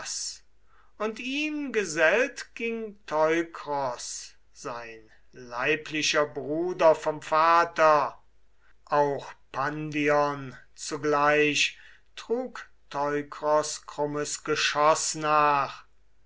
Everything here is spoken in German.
und ihm gesellt ging teukros sein leiblicher bruder vom vater auch pandion zugleich trug teukros krummes geschoß nach